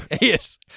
Yes